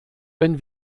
wenn